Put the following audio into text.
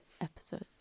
episodes